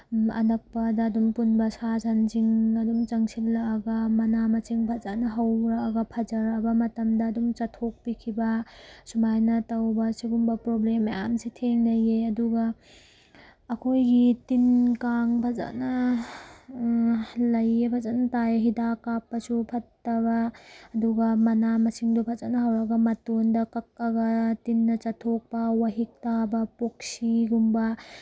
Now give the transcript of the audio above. ꯑꯅꯛꯄꯗ ꯑꯗꯨꯝ ꯄꯨꯟꯕ ꯁꯥ ꯁꯟꯁꯤꯡ ꯑꯗꯨꯝ ꯆꯪꯁꯤꯜꯂꯛꯑꯒ ꯃꯅꯥ ꯃꯁꯤꯡ ꯐꯖꯅ ꯍꯧꯔꯛꯑꯒ ꯐꯖꯔꯛꯑꯕ ꯃꯇꯝꯗ ꯑꯗꯨꯝ ꯆꯥꯊꯣꯛꯄꯤꯈꯤꯕ ꯁꯨꯃꯥꯏꯅ ꯇꯧꯕ ꯁꯨꯒꯨꯝꯕ ꯄ꯭ꯔꯣꯕ꯭ꯂꯦꯝ ꯃꯌꯥꯝꯁꯤ ꯊꯦꯡꯅꯩꯌꯦ ꯑꯗꯨꯒ ꯑꯩꯈꯣꯏꯒꯤ ꯇꯤꯡ ꯀꯥꯡ ꯐꯖꯅ ꯂꯩꯌꯦ ꯐꯖꯅ ꯇꯥꯏ ꯍꯤꯗꯥꯛ ꯀꯥꯞꯄꯁꯨ ꯐꯠꯇꯕ ꯑꯗꯨꯒ ꯃꯅꯥ ꯃꯁꯤꯡꯗꯣ ꯐꯅ ꯍꯧꯔꯒ ꯃꯇꯣꯟꯗ ꯀꯛꯑꯒ ꯇꯤꯟꯅ ꯆꯥꯊꯣꯛꯄ ꯋꯥꯍꯤꯛ ꯇꯥꯕ ꯄꯣꯛꯁꯤꯒꯨꯝꯕ